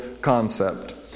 concept